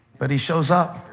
but he shows up